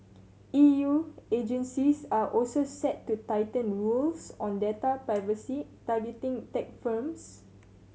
E U agencies are also set to tighten rules on data privacy targeting tech firms